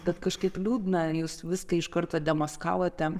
bet kažkaip liūdna jūs viską iš karto demaskavote